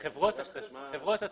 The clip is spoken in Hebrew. התשתיות.